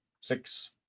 six